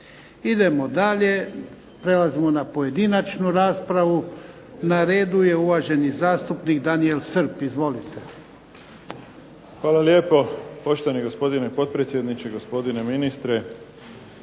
Idemo dalje, prelazimo na pojedinačnu raspravu. Na redu je uvaženi zastupnik Daniel Srb. Izvolite. **Srb, Daniel (HSP)** Hvala lijepo. Poštovani gospodine potpredsjedniče, gospodine ministre.